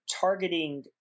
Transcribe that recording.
targeting